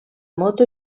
moto